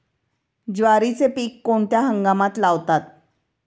ज्वारीचे पीक कोणत्या हंगामात लावतात?